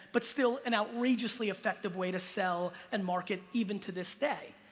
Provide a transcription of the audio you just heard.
but still an outrageously effective way to sell, and market, even to this day.